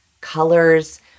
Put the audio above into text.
colors